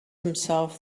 himself